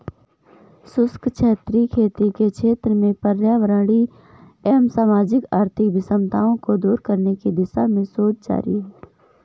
शुष्क क्षेत्रीय खेती के क्षेत्र में पर्यावरणीय एवं सामाजिक आर्थिक विषमताओं को दूर करने की दिशा में शोध जारी है